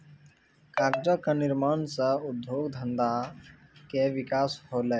कागजो क निर्माण सँ उद्योग धंधा के विकास होलय